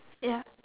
ya